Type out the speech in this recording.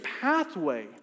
pathway